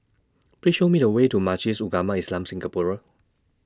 Please Show Me The Way to Majlis Ugama Islam Singapura